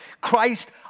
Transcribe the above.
Christ